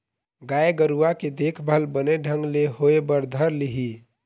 गाय गरुवा के देखभाल बने ढंग ले होय बर धर लिही